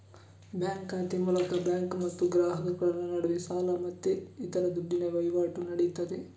bank ಖಾತೆ ಮೂಲಕ bank ಮತ್ತು ಗ್ರಾಹಕರ ನಡುವೆ ಸಾಲ ಮತ್ತೆ ಇತರ ದುಡ್ಡಿನ ವೈವಾಟು ನಡೀತದೆ